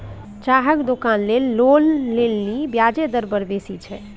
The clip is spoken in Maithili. चाहक दोकान लेल लोन लेलनि ब्याजे दर बड़ बेसी छै